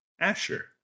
Asher